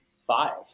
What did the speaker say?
five